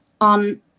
on